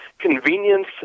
convenience